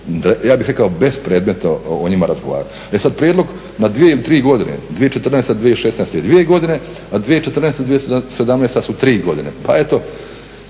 ja bih rekao bespredmetno o njima razgovarati. E sad prijedlog na dvije ili tri godine, 2014. 2016. dvije godine, a 2014. 2017. su tri godine. Pa eto